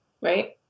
Right